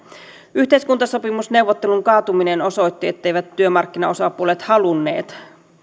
yhteiskuntasopimusneuvottelun kaatuminen osoitti etteivät työmarkkinaosapuolet halunneet